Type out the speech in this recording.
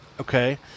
okay